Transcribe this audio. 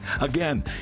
Again